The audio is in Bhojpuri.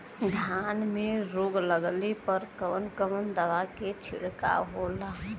धान में रोग लगले पर कवन कवन दवा के छिड़काव होला?